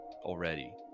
already